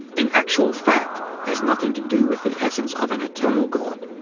in actual fact has nothing to do with the essence of an eternal god.